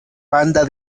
banda